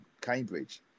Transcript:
Cambridge